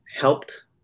helped